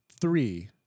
three